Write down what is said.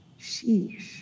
Sheesh